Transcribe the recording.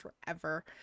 forever